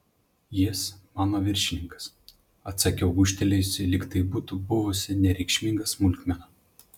jis mano viršininkas atsakiau gūžtelėjusi lyg tai būtų buvusi nereikšminga smulkmena